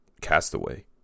Castaway